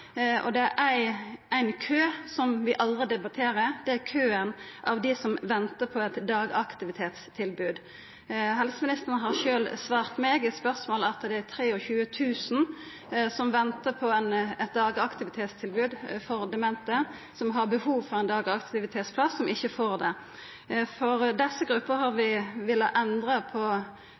Det er ein kø som vi aldri debatterer, og det er køen av dei som ventar på eit dagaktivitetstilbod. Helseministeren har sjølv svart på eit spørsmål frå meg at det er 23 000 som ventar på eit dagaktivitetstilbod for demente, som har behov for ein dagaktivitetsplass, men som ikkje får det. For desse gruppene har vi vilja endra på